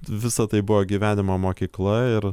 visa tai buvo gyvenimo mokykla ir